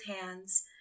hands